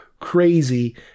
crazy